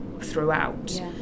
throughout